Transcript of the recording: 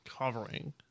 Covering